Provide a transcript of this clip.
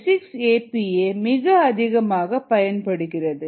6 A B A மிக அதிகமாக பயன்படுகிறது